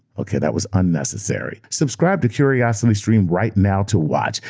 okay, that was unnecessary. subscribe to curiositystream right now to watch.